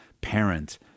parent